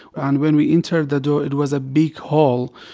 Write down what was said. and when we entered the door, it was a big hole.